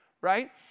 Right